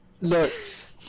looks